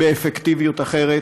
באפקטיביות אחרת.